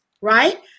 right